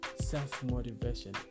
Self-motivation